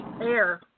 air